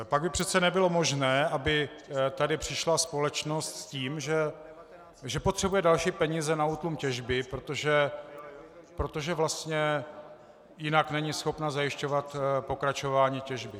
Pak by přece nebylo možné, aby tady přišla společnost s tím, že potřebuje další peníze na útlum těžby, protože vlastně jinak není schopna zajišťovat pokračování těžby.